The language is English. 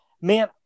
man